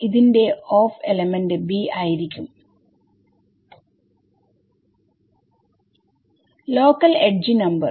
2 of element b ആയിരിക്കും local edge number